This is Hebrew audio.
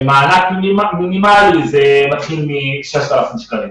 ומענק מינימלי מתחיל מ-6,000 שקלים.